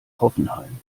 hoffenheim